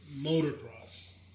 motocross